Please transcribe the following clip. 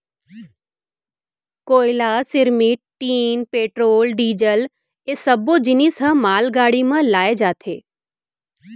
कोयला, सिरमिट, tin, petrol, diesel ए सब्बो जिनिस ह मालगाड़ी म लाए जाथे